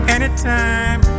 Anytime